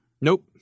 nope